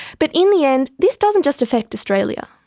but in the end this doesn't just affect australia.